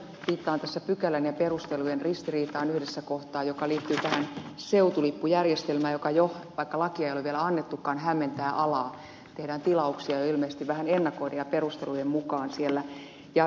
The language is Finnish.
viittaan tässä pykälän ja perustelujen ristiriitaan yhdessä kohtaa joka liittyy seutulippujärjestelmään joka jo vaikka lakia ei ole vielä annettukaan hämmentää alaa kun tehdään tilauksia jo ilmeisesti vähän ennakoiden ja perustelujen mukaan siellä